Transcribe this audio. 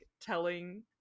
telling